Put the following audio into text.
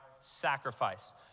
sacrifice